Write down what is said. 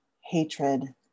hatred